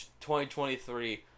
2023